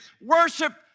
worship